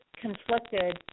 conflicted